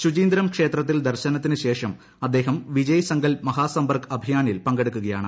ശുചീന്ദ്രം ക്ഷേത്രത്തിൽ ദർശനത്തിന് ശേഷം അദ്ദേഹം വിജയ് സങ്കൽപ്പ് മഹാസമ്പർക്ക് അഭിയാനിൽ പങ്കെടുക്കുകയാണ്